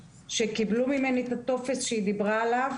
שקיבלו ממני את הטופס שהיא דיברה עליו,